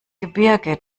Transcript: gebirge